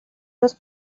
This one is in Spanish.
los